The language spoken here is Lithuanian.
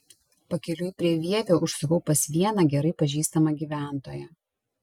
pakeliui prie vievio užsukau pas vieną gerai pažįstamą gyventoją